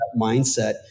mindset